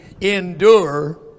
endure